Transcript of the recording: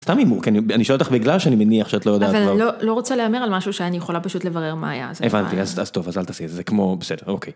סתם הימור, כי אני שואל אותך בגלל שאני מניח שאת לא יודעת.. אבל אני לא רוצה להמר על משהו שאני יכולה פשוט לברר מה היה אז.. טוב אז אל תעשי את זה כמו.. בסדר.. אוקיי